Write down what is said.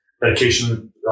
medication